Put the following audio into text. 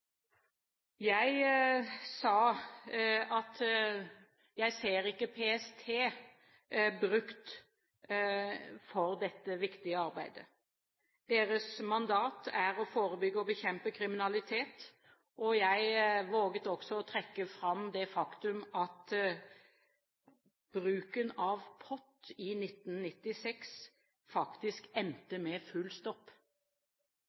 Jeg sa at jeg ser ikke PST brukt for dette viktige arbeidet. Deres mandat er å forebygge og bekjempe kriminalitet, og jeg våget også å trekke fram det faktum at bruken av POT i 1996 faktisk